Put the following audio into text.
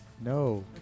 no